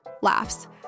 Laughs